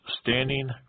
standing